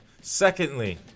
Secondly